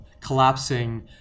collapsing